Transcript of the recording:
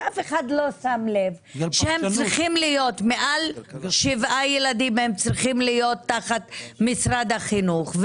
אף אחד לא שם לב שמעל שבעה ילדים הם צריכים להיות תחת משרד החינוך,